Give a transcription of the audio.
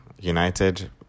United